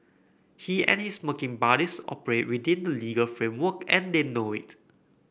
he and his smirking buddies operate within the legal framework and they know it